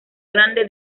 grande